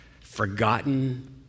forgotten